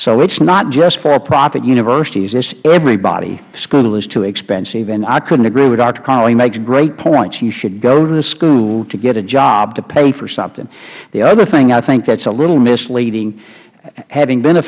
so it is not just for profit universities it is everybody school is too expensive and i couldn't agree with doctor carnevale he makes great points you should go to the school to get a job to pay for something the other thing i think that is a little misleading having been a